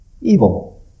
Evil